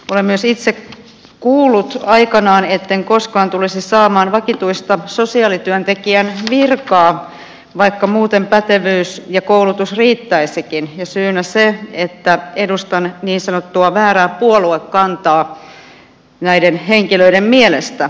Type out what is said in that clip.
olen myös itse kuullut aikanani etten koskaan tulisi saamaan vakituista sosiaalityöntekijän virkaa vaikka muuten pätevyys ja koulutus riittäisivätkin ja syynä se että edustan niin sanottua väärää puoluekantaa näiden henkilöiden mielestä